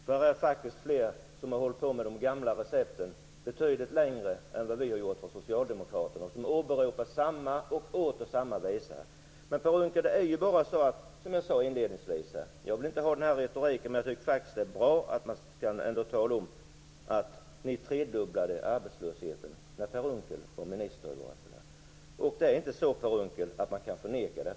Det är faktiskt fler som har hållit på med de gamla recepten betydligt längre än vi har gjort från socialdemokratiskt håll och som har åberopat samma och åter samma visa. Jag vill inte ha den här retoriken, Per Unckel, men jag tycker faktiskt att det är bra att man kan tala om att ni tredubblade arbetslösheten när Per Unckel var minister. Man kan inte förneka detta, Per Unckel.